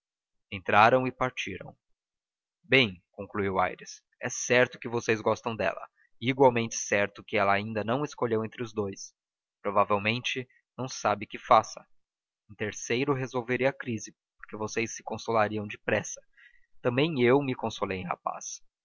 entraram e partiram bem continuou aires é certo que vocês gostam dela e igualmente certo que ela ainda não escolheu entre os dous provavelmente não sabe que faça um terceiro resolveria a crise porque vocês se consolariam depressa também eu me consolei em rapaz